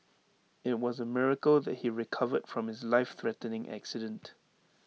IT was A miracle that he recovered from his life threatening accident